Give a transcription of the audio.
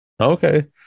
Okay